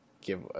give